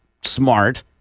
Smart